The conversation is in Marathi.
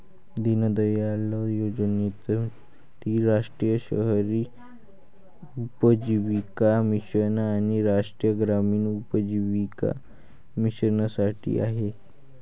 दीनदयाळ योजनेत ती राष्ट्रीय शहरी उपजीविका मिशन आणि राष्ट्रीय ग्रामीण उपजीविका मिशनसाठी आहे